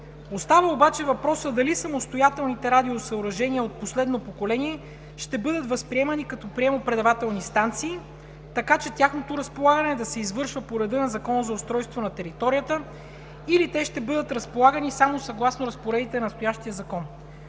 Остава обаче въпросът дали самостоятелните радиосъоръжения от последно поколение ще бъдат възприемани като приемо-предавателни станции, така че тяхното разполагане да се извършва по реда на Закона за устройство на територията, или те ще бъдат разполагани само съгласно разпоредбите на настоящия закон?